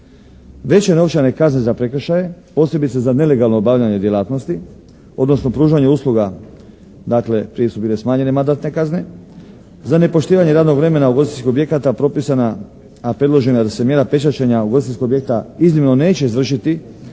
Veće novčane kazne za prekršaje posebice za nelegalno obavljanje djelatnosti odnosno pružanje usluga, dakle prije su bile smanjene mandatne kazne, za nepoštivanje radnog vremena ugostiteljskih objekata propisana a predloženo je da se mjera pečačenja ugostiteljskog objekta iznimno neće izvršiti